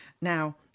now